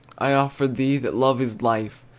i offer thee that love is life,